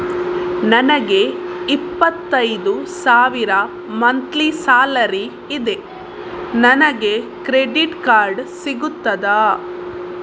ನನಗೆ ಇಪ್ಪತ್ತೈದು ಸಾವಿರ ಮಂತ್ಲಿ ಸಾಲರಿ ಇದೆ, ನನಗೆ ಕ್ರೆಡಿಟ್ ಕಾರ್ಡ್ ಸಿಗುತ್ತದಾ?